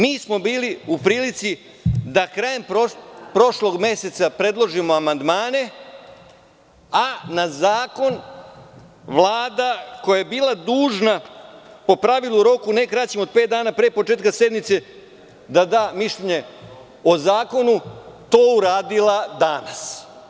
Mi smo bili u prilici da krajem prošlog meseca predložimo amandmane, a na zakon Vlada, koja je bila dužna po pravilu u roku ne kraćem od pet dana pre početka sednice da da mišljenje o zakonu, to je uradila danas.